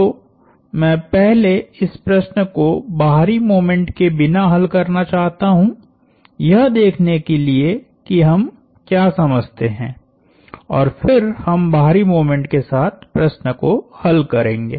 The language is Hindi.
तो मैं पहले इस प्रश्न को बाहरी मोमेंट के बिना हल करना चाहता हूं यह देखने के लिए कि हम क्या समझते है और फिर हम बाहरी मोमेंट के साथ प्रश्न को हल करेंगे